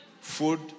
Food